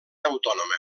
autònoma